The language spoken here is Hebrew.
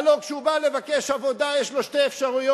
הלוא כשהוא בא לבקש עבודה יש לו שתי אפשרויות,